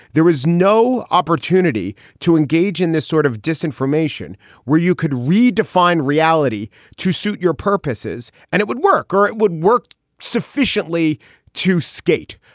there was no opportunity to engage in this sort of disinformation where you could redefine reality to suit your purposes and it would work or it would work sufficiently to skate.